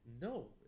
No